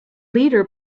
leader